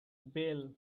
bell